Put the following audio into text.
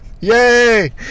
Yay